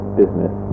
business